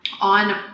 on